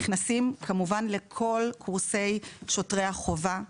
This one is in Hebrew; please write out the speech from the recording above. נכנסים כמובן לכל קורסי שוטרי החובה.